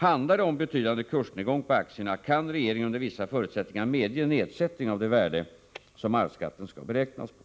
Handlar det om betydande kursnedgång på aktierna, kan regeringen under vissa förutsättningar medge nedsättning av det värde som arvsskatten skall beräknas på.